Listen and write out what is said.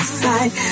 side